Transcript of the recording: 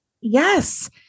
yes